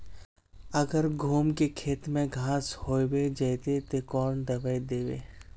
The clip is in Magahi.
अगर गहुम के खेत में घांस होबे जयते ते कौन दबाई दबे?